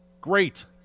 Great